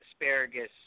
asparagus